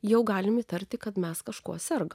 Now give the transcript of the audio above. jau galime įtarti kad mes kažkuo serga